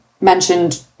mentioned